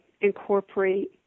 incorporate